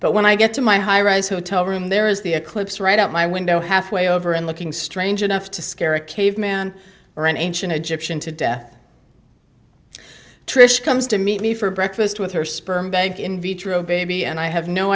but when i get to my high rise hotel room there is the eclipse right out my window halfway over and looking strange enough to scare a caveman or an ancient egyptian to death trish comes to meet me for breakfast with her sperm bank in vitro baby and i have no